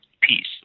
peace